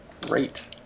Great